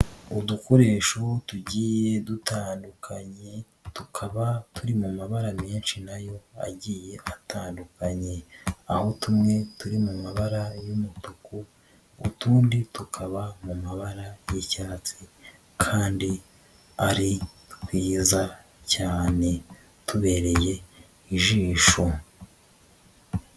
Udukoresho tugiye dutandukanye tukaba turi mu mabara menshi na yo agiye atandukanye, aho tumwe turi mu mabara y'umutuku, utundi tukaba mu mabara y'icyatsi kandi ari twiza cyane tubereye ijisho.